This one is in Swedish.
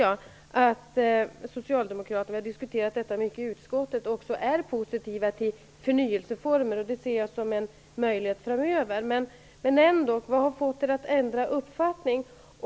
Jag vet att socialdemokraterna har diskuterat detta mycket i utskottet och att de också är positiva till olika former av förnyelse. Det ser jag som en möjlighet framöver. Men ändå - vad har fått er att ändra uppfattning?